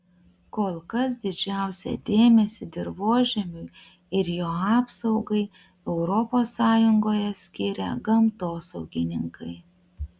kol kas didžiausią dėmesį dirvožemiui ir jo apsaugai europos sąjungoje skiria gamtosaugininkai